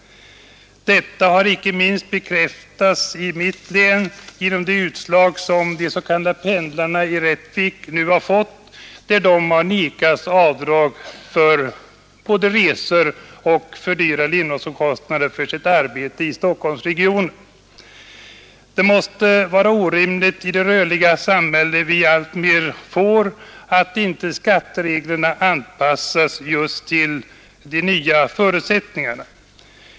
Detta har icke minst bekräftats i mitt län genom det utslag som de s.k. pendlarna i Rättvik nu har fått; de har vägrats avdrag för både resor och ökade levnadskostnader på grund av sitt arbete i Stockholmsregionen. Det måste vara orimligt i vårt alltmer rörliga samhälle att inte skattereglerna anpassas till de nya förutsättningarna.